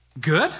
good